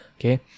okay